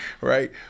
Right